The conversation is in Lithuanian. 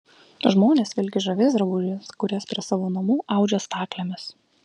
žmonės vilki žaviais drabužiais kuriuos prie savo namų audžia staklėmis